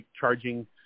charging